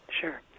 Sure